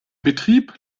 betrieb